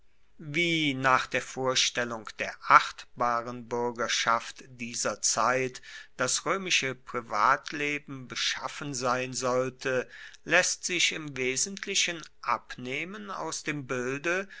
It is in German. wie nach der vorstellung der achtbaren buergerschaft dieser zeit das roemische privatleben beschaffen sein sollte laesst sich im wesentlichen abnehmen aus dem bilde